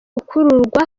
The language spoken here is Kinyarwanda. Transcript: ukururwa